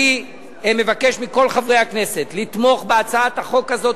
אני מבקש מכל חברי הכנסת לתמוך בהצעת החוק הזאת,